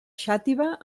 xàtiva